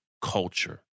culture